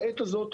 בעת הזאת,